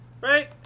Right